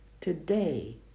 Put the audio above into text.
Today